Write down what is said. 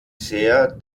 sehr